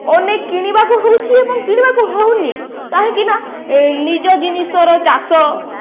ଅନେକ କିଣିବାକୁ ହେଉଛି ଏବଂ କିଣିବାକୁ ହେଉନି କାହିଁକିନା ନିଜ ଜିନିଷର ଚାଷ